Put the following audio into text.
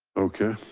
okay.